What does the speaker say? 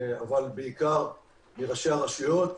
אבל בעיקר מראשי הרשויות.